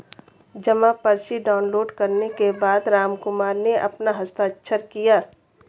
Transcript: जमा पर्ची डाउनलोड करने के बाद रामकुमार ने अपना हस्ताक्षर किया